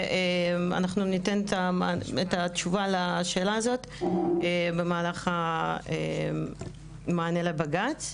אנחנו ניתן את התשובה לשאלה הזאת במהלך המענה לבג"ץ.